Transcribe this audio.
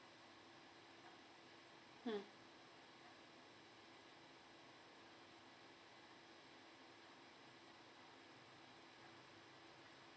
mm